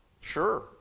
Sure